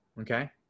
okay